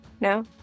No